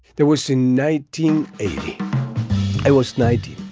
there was in nineteen eighty i was nineteen.